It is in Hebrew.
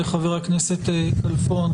לחבר הכנסת כלפון,